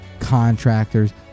contractors